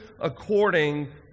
according